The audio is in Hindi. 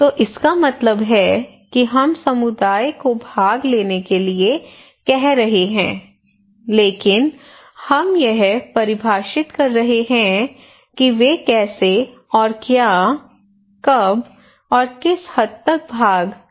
तो इसका मतलब है कि हम समुदाय को भाग लेने के लिए कह रहे हैं लेकिन हम यह परिभाषित कर रहे हैं कि वे कैसे और क्या कब और किस हद तक भाग ले सकते हैं